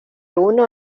uno